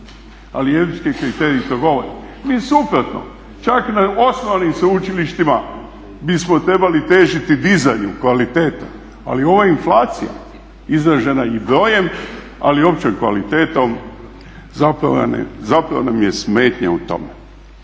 ali europski kriteriji to govore. Mi suprotno čak na osnovanim sveučilištima bismo trebali težiti dizanju kvalitete, ali ova inflacija izražena i brojem ali i općom kvalitetom zapravo nam je smetnja u tome.